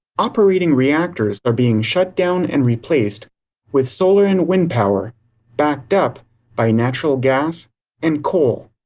operating reactors are being shut down and replaced with solar and wind power backed up by natural gas and coal.